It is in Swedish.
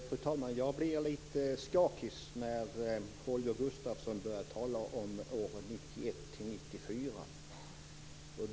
Fru talman! Jag blir litet skakis när Holger Gustafsson börjar tala om åren 1991-1994.